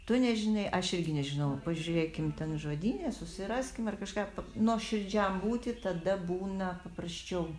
tu nežinai aš irgi nežinau pažiūrėkim ten žodyne susiraskim ar kažką nuoširdžiam būti tada būna paprasčiau